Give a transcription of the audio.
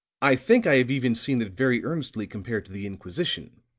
i think i have even seen it very earnestly compared to the inquisition.